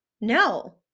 No